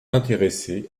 intéressé